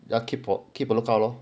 ya ke~ keep a keep a look out lor